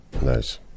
Nice